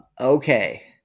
Okay